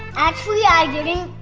actually i didn't,